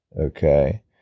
okay